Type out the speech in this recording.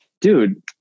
dude